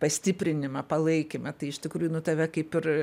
pastiprinimą palaikymą tai iš tikrųjų nu tave kaip ir